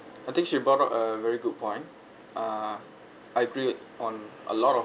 I think she brought up a very good point I agree on a lot of